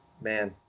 man